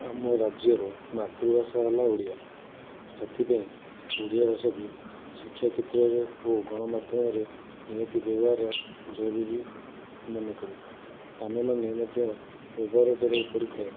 ଆମ ରାଜ୍ୟର ମାତୃଭାଷା ହେଲା ଓଡ଼ିଆ ସେଥିପାଇଁ ଓଡ଼ିଆ ଭାଷା କୁ ଶିକ୍ଷା କ୍ଷେତ୍ରରେ ଓ ଗଣ ମାଧ୍ୟମରେ ନିହାତି ବ୍ୟବହାର ଜରୁରୀ ମନେ କରୁ ଆମେମାନେ ମଧ୍ୟ ବ୍ୟବହାର କରିବାକୁ ପଡ଼ିଥାଏ